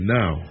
now